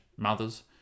Mothers